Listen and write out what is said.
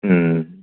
हम्म